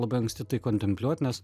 labai anksti tai kontempliuot nes